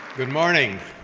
good morning.